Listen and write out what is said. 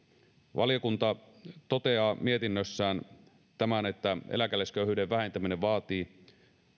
valiokunta toteaa mietinnössään että eläkeläisköyhyyden vähentäminen vaatii